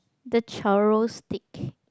the churros stick